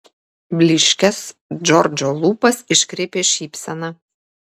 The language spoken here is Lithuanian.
blyškias džordžo lūpas iškreipė šypsena